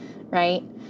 Right